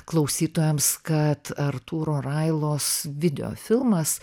klausytojams kad artūro railos videofilmas